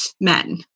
men